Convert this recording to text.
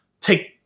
take